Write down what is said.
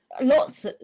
lots